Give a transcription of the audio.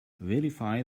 verify